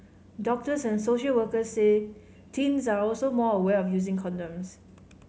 doctors and social workers say teens are also more aware of using condoms